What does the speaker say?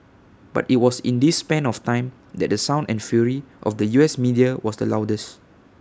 but IT was in this span of time that the sound and fury of the U S media was the loudest